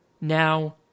Now